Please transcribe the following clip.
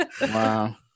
Wow